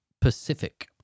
Pacific